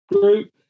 group